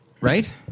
right